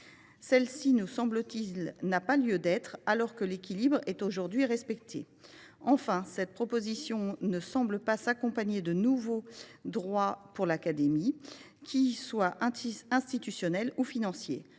Celle ci, nous semble t il, n’a pas lieu d’être, alors que l’équilibre est aujourd’hui respecté. Enfin, cette proposition ne semble pas s’accompagner de l’octroi de nouveaux droits pour l’Académie, qu’ils soient institutionnels ou financiers.